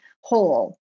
whole